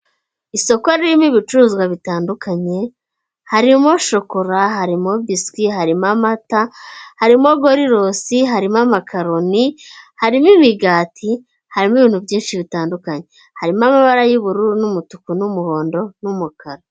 Isoko ririmo ibicuruzwa bitandukanye harimo shokora, harimo biswi, harimo amata, harimo gorirosi, harimo amakaroni, harimo imigati, harimo ibintu byinshi bitandukanye. Harimo amabara y'ubururu n'umutuku n'umuhondo n'umukara.